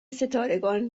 ستارگان